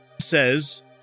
says